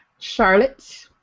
Charlotte